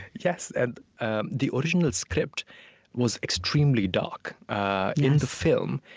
yes. and ah the original script was extremely dark. in the film,